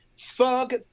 thug